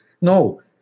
No